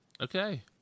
Okay